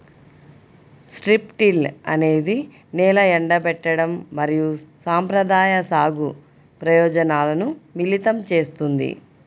strip till అనేది నేల ఎండబెట్టడం మరియు సంప్రదాయ సాగు ప్రయోజనాలను మిళితం చేస్తుంది